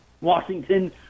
Washington